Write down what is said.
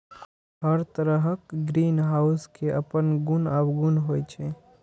हर तरहक ग्रीनहाउस केर अपन गुण अवगुण होइ छै